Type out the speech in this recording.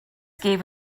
gave